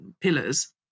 pillars